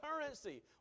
currency